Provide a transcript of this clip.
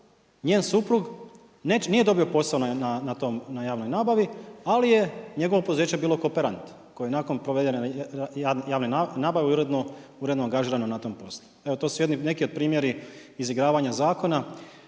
njen suprug nije dobio posao na tom, na javnoj nabavi ali je njegovo poduzeće bilo kooperant koje je nakon provedene javne nabave uredno angažirano na tom poslu. Evo to su neki primjeri izigravanja zakona.